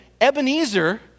Ebenezer